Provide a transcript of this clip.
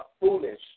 foolish